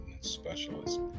specialist